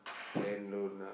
lend loan ah